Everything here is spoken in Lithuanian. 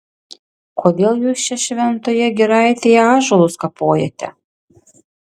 kodėl jūs čia šventoje giraitėje ąžuolus kapojate